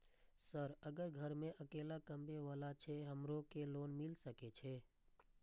Sir अगर घर में अकेला कमबे वाला छे हमरो के लोन मिल सके छे?